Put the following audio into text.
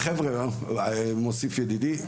ומוסיף ידידי,